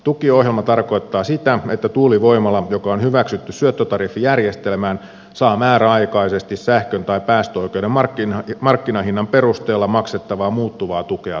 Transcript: tukiohjelma tarkoittaa sitä että tuulivoimala joka on hyväksytty syöttötariffijärjestelmään saa määräaikaisesti sähkön tai päästöoikeuden markkinahinnan perusteella maksettavaa muuttuvaa tukea tuotannostaan